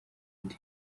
ati